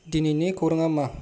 दिनैनि खौरांआ मा